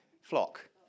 Flock